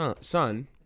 son